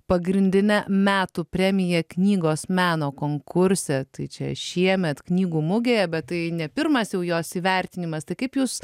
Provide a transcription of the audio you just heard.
pagrindine metų premija knygos meno konkurse tai čia šiemet knygų mugėje bet tai ne pirmas jau jos įvertinimas tai kaip jūs